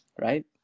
right